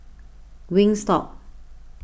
Wingstop